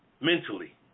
mentally